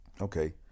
Okay